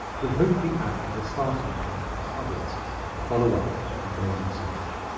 it will hopefully act as a starting point for others to follow up on their research.